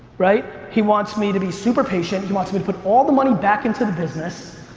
right, he wants me to be super patient, he wants me to put all the money back into the business.